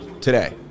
today